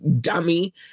dummy